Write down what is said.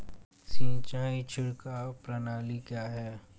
सिंचाई छिड़काव प्रणाली क्या है?